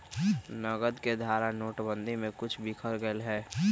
नकद के धारा नोटेबंदी में कुछ बिखर गयले हल